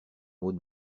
mots